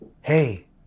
hey